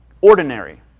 ordinary